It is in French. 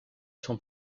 son